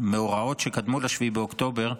ומאורעות שקדמו ל-7 באוקטובר,